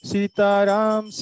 Sitaram